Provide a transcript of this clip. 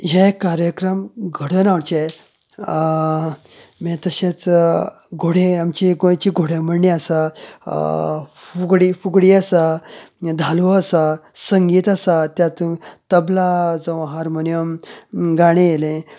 हे कार्यक्रम घडोवन हाडचे मागीर तशेंच घोडे आमचे गोंयची घोडेमोडणी आसा फुगडी फुगडी आसा धालो आसा संगीत आसा त्यात तबला जांव गाणे हार्मोनीयम गाणे आयले